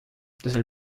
desde